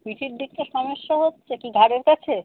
পিঠের দিকটা সমস্যা হচ্ছে কি ঘাড়ের কাছে